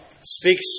speaks